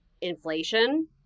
inflation